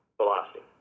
velocity